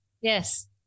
yes